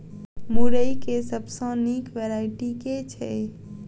मुरई केँ सबसँ निक वैरायटी केँ छै?